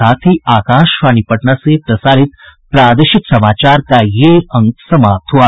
इसके साथ ही आकाशवाणी पटना से प्रसारित प्रादेशिक समाचार का ये अंक समाप्त हुआ